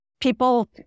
people